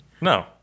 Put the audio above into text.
No